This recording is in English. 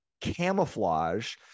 camouflage